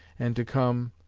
and to come,